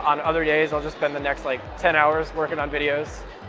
on other days, i'll just spend the next like ten hours working on videos